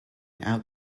out